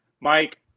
Mike